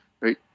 right